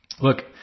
look